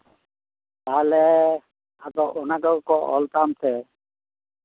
ᱛᱟᱦᱚᱞᱮ ᱟᱫᱚ ᱚᱱᱟ ᱫᱚᱠᱚ ᱚᱞ ᱛᱟᱢ ᱛᱮ